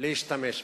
להשתמש בה.